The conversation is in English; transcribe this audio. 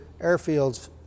airfields